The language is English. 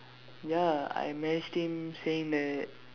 ya I messaged him saying that